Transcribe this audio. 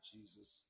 Jesus